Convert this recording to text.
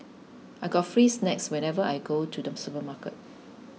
I get free snacks whenever I go to the supermarket